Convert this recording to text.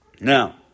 Now